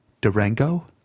Durango